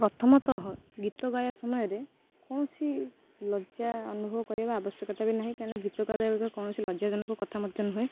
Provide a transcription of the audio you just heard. ପ୍ରଥମତଃ ଗୀତ ଗାଇବା ସମୟରେ କୌଣସି ଲଜା ଅନୁଭବ କରିବା ଆବଶ୍ୟକତା ବି ନାହିଁ କହିଁନା ଗୀତ ଗାଇବା ଏବେକା କୌଣସି ଲଜ୍ୟାଜନକ କଥା ମଧ୍ୟ ନୁହେଁ